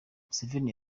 museveni